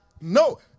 no